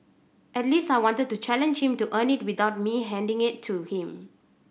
at least I wanted to challenge to earn it without me handing it to him